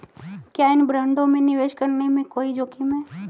क्या इन बॉन्डों में निवेश करने में कोई जोखिम है?